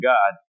God